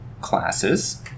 classes